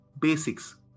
Basics